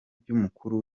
by’umukuru